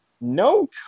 No